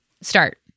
start